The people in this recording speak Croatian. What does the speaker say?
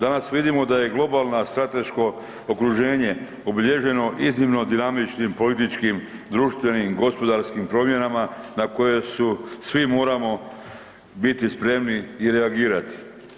Danas vidimo da je globalno strateško okruženje obilježeno iznimno dinamičnim političkim, društvenim, gospodarskim promjenama na koje svi moramo biti spremni i reagirati.